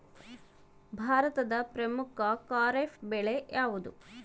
ಭಾರತದ ಪ್ರಮುಖ ಖಾರೇಫ್ ಬೆಳೆ ಯಾವುದು?